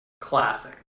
Classic